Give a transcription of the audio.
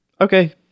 okay